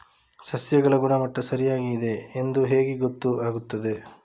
ಸಸ್ಯಗಳ ಗುಣಮಟ್ಟ ಸರಿಯಾಗಿ ಇದೆ ಎಂದು ಹೇಗೆ ಗೊತ್ತು ಆಗುತ್ತದೆ?